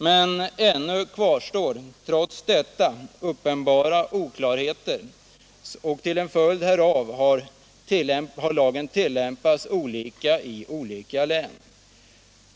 Men trots detta kvarstår uppenbara oklarheter, och som en följd härav har lagen tillämpats olika i olika län.